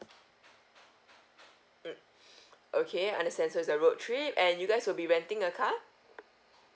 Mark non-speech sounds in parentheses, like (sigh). mm (breath) okay understand so is a road trip and you guys will be renting a car